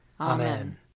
Amen